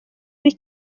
ari